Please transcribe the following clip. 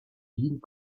lignes